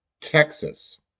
Texas